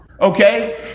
okay